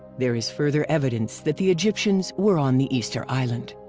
there is further evidence that the egyptians were on the easter island.